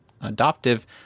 adoptive